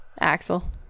Axel